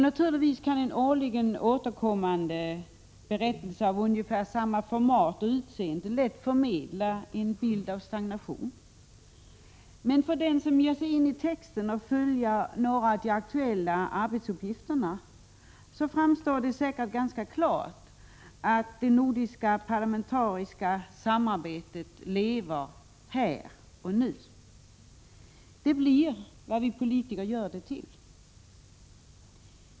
Naturligtvis kan en årligen återkommande berättelse av ungefär samma format och utseende lätt förmedla en bild av stagnation, men för den som ger sig in i texten och följer några av de aktuella arbetsuppgifterna framstår det ganska klart att det nordiska parlamentariska samarbetet lever här och nu. Det blir vad vi politiker gör det till.